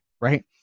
right